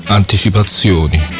anticipazioni